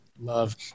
love